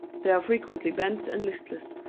they are frequently bent and listless,